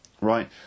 right